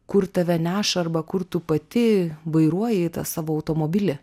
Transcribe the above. kur tave neša arba kur tu pati vairuoji tą savo automobilį